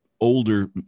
older